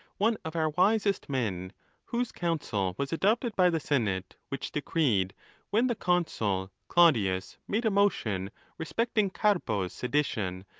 one of our wisest men whose counsel was adopted by the senate, which decreed when the consul claudius made a motion respecting carbo s sedition,